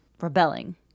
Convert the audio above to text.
rebelling